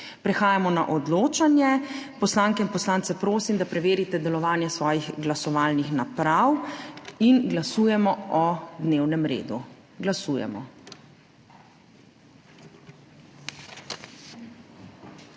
Prehajamo na odločanje. Poslanke in poslance prosim, da preverite delovanje svojih glasovalnih naprav. Glasujemo o dnevnem redu. Glasujemo.